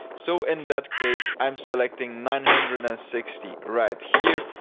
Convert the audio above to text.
so in that case, i'm selecting nine hundred and sixty right here,